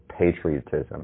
patriotism